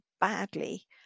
badly